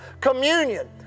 Communion